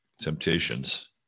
temptations